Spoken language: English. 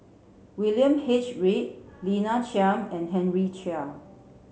William H Read Lina Chiam and Henry Chia